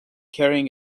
carrying